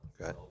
okay